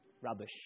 Rubbish